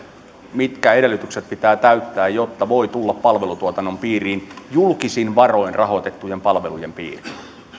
mitkä edellytykset pitää täyttää jotta voi tulla palvelutuotannon piiriin julkisin varoin rahoitettujen palvelujen piiriin